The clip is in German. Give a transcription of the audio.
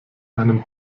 einem